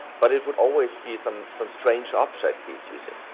but it would always be some some strange object he's using.